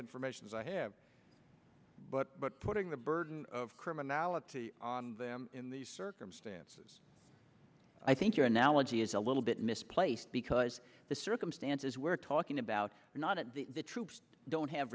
information as i have but but putting the burden of criminality on them in these circumstances i think your analogy is a little bit misplaced because the circumstances we're talking about are not at the the troops don't have